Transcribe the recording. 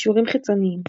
קישורים חיצוניים